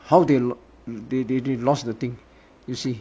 how they they they they lost the thing you see